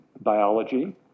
biology